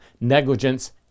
negligence